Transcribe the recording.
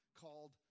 called